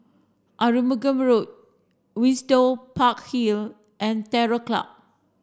Road Windsor Park Hill and Terror Club